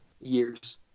years